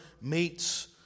meets